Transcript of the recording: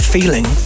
Feeling